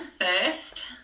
first